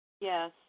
Yes